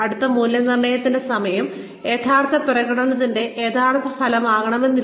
അതിനാൽ മൂല്യനിർണ്ണയത്തിന്റെ സമയം യഥാർത്ഥ പ്രകടനത്തിന്റെ യഥാർത്ഥ പ്രതിഫലനമായിരിക്കില്ല